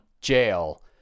jail